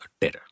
terror